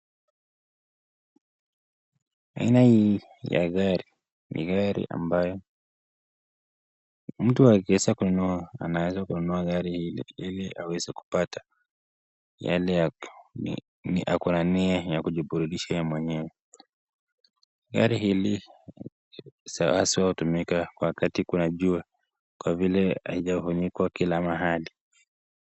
Aina hii ya gari ni gari ambayo mtu akiweza kununua ananunua ile aweze kupata yale ya ako na nia ya kujiburudisha yeye mwenyewe. Gari hili aswaa hutumika wakati kuna jua kwa vile kuna haijafunikwa kila mahali.